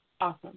awesome